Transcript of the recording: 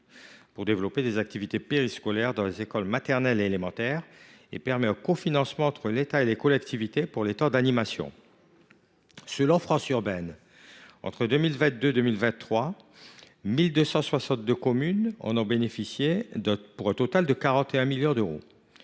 pour le développement d’activités périscolaires dans les écoles maternelles et élémentaires. Il permet un cofinancement entre l’État et les collectivités pour les temps d’animation. Selon France Urbaine, entre 2022 et 2023, 1 262 communes en ont bénéficié, pour un total de 41 millions d’euros.